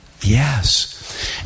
Yes